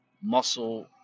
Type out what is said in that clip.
Muscle